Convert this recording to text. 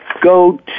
go